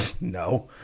no